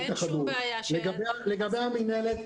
לגבי המינהלת,